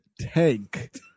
tank